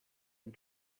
and